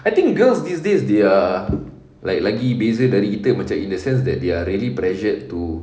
I think girls these days they are like lagi beza dari kita macam in the sense that they are really pressured to